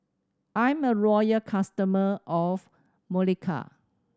I'm a loyal customer of Molicare